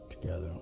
Together